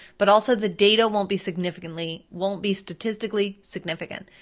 but also the data won't be significantly, won't be statistically significant.